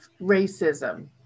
racism